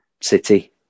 City